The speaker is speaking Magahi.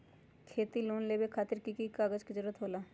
खेती लोन लेबे खातिर की की कागजात के जरूरत होला?